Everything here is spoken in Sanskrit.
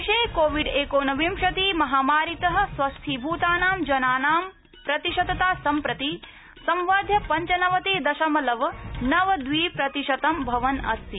देशे कोविडस्व एकोनविंशति महामारीत स्थीभूतानां जनानां प्रतिशतता सम्प्रति संवर्ध्य पंचनवति दशमलव नव द्वि प्रतिशतं भवन् अस्ति